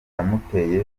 yamuteye